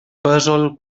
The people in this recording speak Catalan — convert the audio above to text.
pèsol